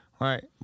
right